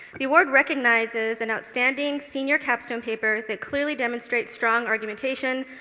the award recognizes an outstanding senior capstone paper that clearly demonstrates strong argumentation,